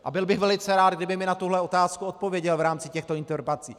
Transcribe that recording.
A byl bych velice rád, kdyby mi na tuhle otázku odpověděl v rámci těchto interpelací.